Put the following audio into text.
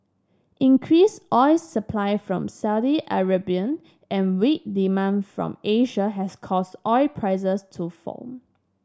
increased oil supply from Saudi Arabia and weak demand from Asia has caused oil prices to fall